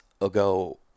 ago